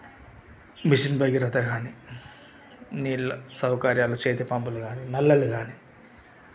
machine గానీ నీళ్ళ సౌకర్యాలు చేతి పంపులు గానీ నల్లు గానీ